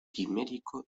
quimérico